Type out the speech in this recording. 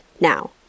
now